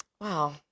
Wow